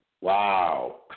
Wow